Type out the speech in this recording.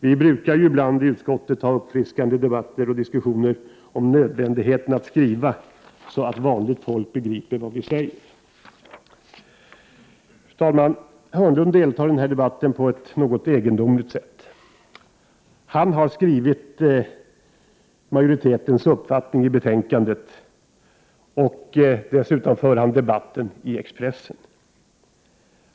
Vi har i utskottet ibland uppfriskande debatter och diskussioner om nödvändigheten av att skriva så att vanligt folk begriper vad vi menar. Fru talman! Hörnlund deltar i den här debatten på ett något egendomligt sätt. Han har stått för majoritetens skrivning i betänkandet, och debatten för han i Expressen.